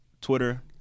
Twitter